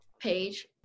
page